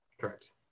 correct